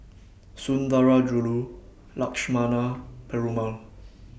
Sundarajulu Lakshmana Perumal